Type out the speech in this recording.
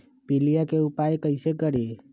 पीलिया के उपाय कई से करी?